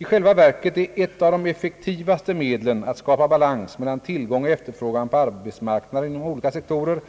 I själva verket är ett av de effektivaste medlen att skapa balans mellan tillgång och efterfrågan på arbetskraft inom olika sektorer